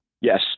Yes